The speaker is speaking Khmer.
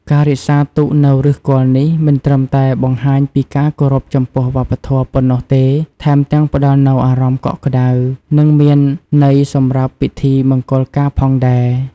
ការរក្សាទុកនូវឫសគល់នេះ មិនត្រឹមតែបង្ហាញពីការគោរពចំពោះវប្បធម៌ប៉ុណ្ណោះទេ ថែមទាំងផ្តល់នូវអារម្មណ៍កក់ក្តៅ និងមានន័យសម្រាប់ពិធីមង្គលការផងដែរ។